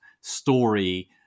story